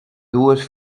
dues